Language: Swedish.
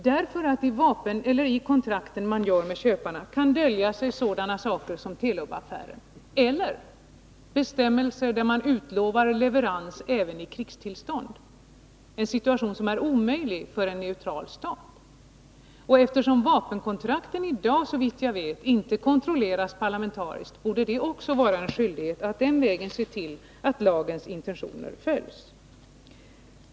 I de vapenkontrakt som görs upp med köparna kan det nämligen dölja sig sådant som Telubaffären eller bestämmelser där man utlovar leverans även i krigstillstånd — en situation som är omöjlig för en neutral stat. Vapenkontrakten kontrolleras inte parlamentariskt i dag, såvitt jag vet, men det borde vara en skyldighet att också den vägen se till att lagens intentioner följs.